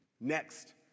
Next